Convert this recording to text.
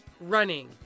running